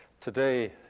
Today